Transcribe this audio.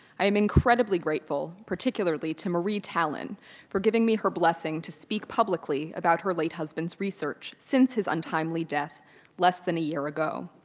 i am incredibly grateful particularly to marie tallon for giving me her blessing to speak publicly about her late husband's research since his untimely death less than a year ago.